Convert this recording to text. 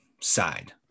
side